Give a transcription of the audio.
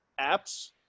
apps